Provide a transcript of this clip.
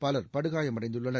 power படுகாயமடைந்துள்ளனர்